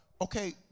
okay